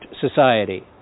society